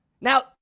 Now